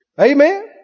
Amen